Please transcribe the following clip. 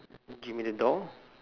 give me the door